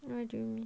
what do you mean